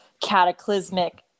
cataclysmic